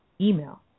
email